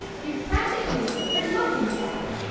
you practically threw her muffins at her,